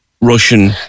Russian